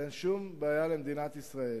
אין שום בעיה למדינת ישראל